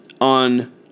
on